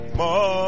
more